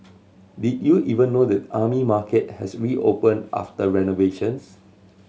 did you even know that the Army Market has reopened after renovations